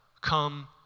come